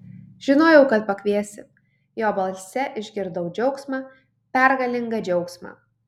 žinojau kad pakviesi jo balse išgirdau džiaugsmą pergalingą džiaugsmą